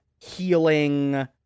healing